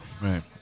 Right